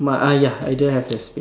my Ayah I don't have the space